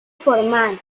formal